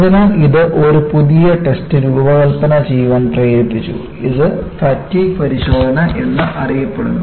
അതിനാൽ ഇത് ഒരു പുതിയ ടെസ്റ്റ് രൂപകൽപ്പന ചെയ്യാൻ പ്രേരിപ്പിച്ചു ഇത് ഫാറ്റിഗ് പരിശോധന എന്നറിയപ്പെടുന്നു